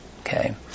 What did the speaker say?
Okay